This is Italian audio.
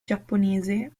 giapponese